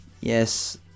yes